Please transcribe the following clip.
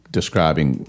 describing